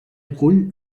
acull